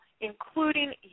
including